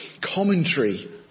commentary